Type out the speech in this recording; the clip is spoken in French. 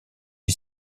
est